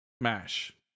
MASH